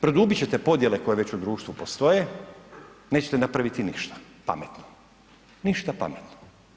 Produbiti ćete podjele koje već u društvu postoje, nećete napraviti ništa pametno, ništa pametno.